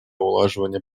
улаживания